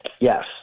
Yes